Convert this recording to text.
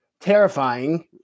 terrifying